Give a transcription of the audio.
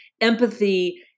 empathy